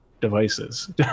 devices